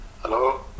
Hello